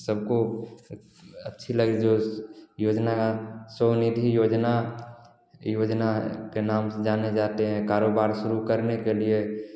सबको अच्छी लगी जो योजना स्वनिधी योजना योजना के नाम से जाने जाते हैं कारोबार शुरू करने के लिए